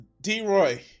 D-Roy